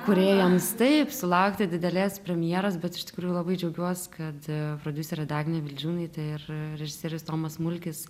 kūrėjams taip sulaukti didelės premjeros bet iš tikrųjų labai džiaugiuos kad prodiuserė dagnė vildžiūnaitė ir režisierius tomas smulkis